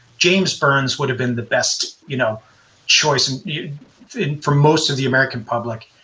james burns would have been the best you know choice and you know for most of the american public.